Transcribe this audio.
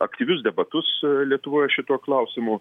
aktyvius debatus lietuvoj šituo klausimu